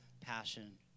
passion